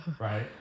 Right